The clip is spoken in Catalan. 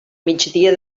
migdia